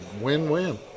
win-win